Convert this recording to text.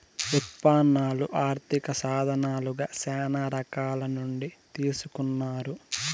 ఉత్పన్నాలు ఆర్థిక సాధనాలుగా శ్యానా రకాల నుండి తీసుకున్నారు